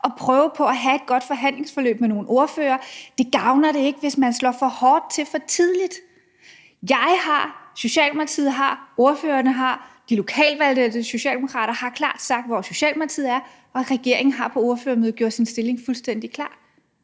og prøvet at få et godt forhandlingsforløb med nogle ordførere, jo udmærket godt ved, så gavner det ikke, hvis man slår for hårdt til for tidligt. Jeg har, Socialdemokratiet har, ordførerne har, de lokalvalgte socialdemokrater har klart sagt, hvor Socialdemokratiet er, og regeringen har på ordførermødet gjort sin stilling fuldstændig klar.